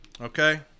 okay